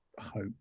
hope